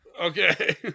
okay